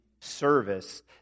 service